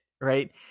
Right